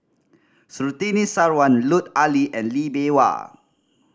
Surtini Sarwan Lut Ali and Lee Bee Wah